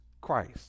Christ